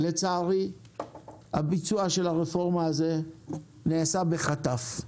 לצערי הביצוע של הרפורמה נעשה בחטף,